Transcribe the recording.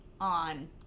on